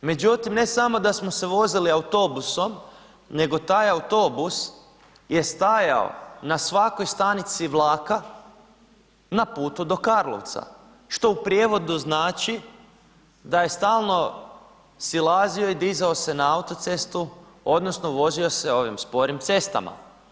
Međutim, ne samo da smo se vozili autobusom nego taj autobus je stajao na svakoj stanici vlaka na putu do Karlovca, što u prijevodu znači da je stalno silazio i dizao se na autocestu, odnosno vozio se ovim sporim cestama.